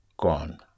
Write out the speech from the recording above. gone